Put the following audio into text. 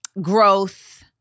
growth